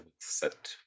set